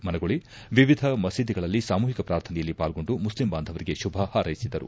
ಮನಗೂಳ ವಿವಿಧ ಮಸೀದಿಗಳಲ್ಲಿ ಸಾಮೂಹಿಕ ಪ್ರಾರ್ಥನೆಯಲ್ಲಿ ಪಾಲ್ಗೊಂಡು ಮುಸ್ಲಿಂ ಬಾಂಧವರಿಗೆ ಶುಭ ಹಾರ್ೈಸಿದರು